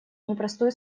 непростую